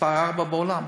מספר ארבע בעולם.